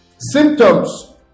symptoms